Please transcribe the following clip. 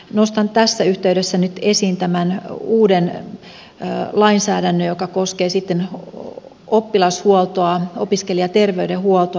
nostan tässä yhteydessä nyt esiin tämän uuden lainsäädännön joka koskee oppilashuoltoa opiskelijaterveydenhuoltoa